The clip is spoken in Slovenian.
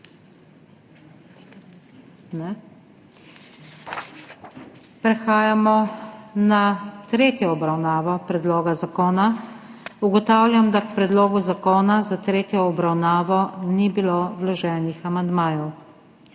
Prehajamo na tretjo obravnavo predloga zakona. Ugotavljam, da k predlogu zakona za tretjo obravnavo ni bilo vloženih amandmajev.